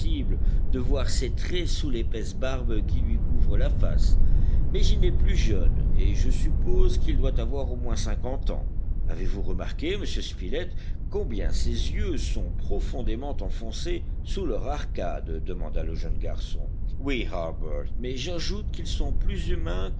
de voir ses traits sous l'épaisse barbe qui lui couvre la face mais il n'est plus jeune et je suppose qu'il doit avoir au moins cinquante ans avez-vous remarqué monsieur spilett combien ses yeux sont profondément enfoncés sous leur arcade demanda le jeune garçon oui harbert mais j'ajoute qu'ils sont plus humains